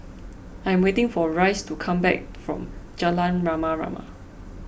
I am waiting for Rice to come back from Jalan Rama Rama